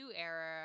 era